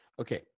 Okay